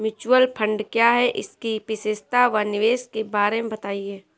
Mutual fund क्या है इसकी विशेषता व निवेश के बारे में बताइये?